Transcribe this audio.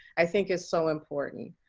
i think it's so important.